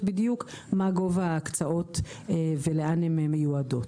בדיוק את גובה ההקצאות ולאן הן מיועדות.